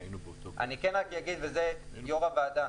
אדוני היושב-ראש,